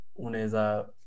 uneza